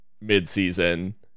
mid-season